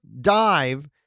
dive